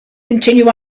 continue